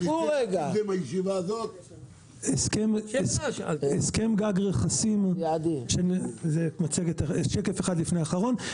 הסכם גג רכסים, זה שקף אחד לפני האחרון.